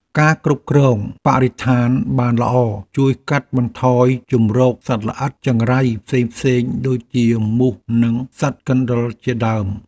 ការគ្រប់គ្រងបរិស្ថានបានល្អជួយកាត់បន្ថយជម្រកសត្វល្អិតចង្រៃផ្សេងៗដូចជាមូសនិងសត្វកណ្តុរជាដើម។